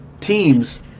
teams